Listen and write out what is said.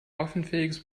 waffenfähiges